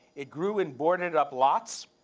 it grew in boarded-up lots